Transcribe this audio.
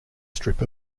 strip